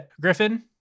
Griffin